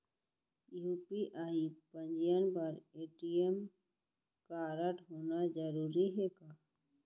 UPI पंजीयन बर ATM कारडहोना जरूरी हे का?